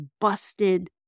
busted